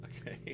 Okay